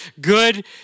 good